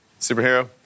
Superhero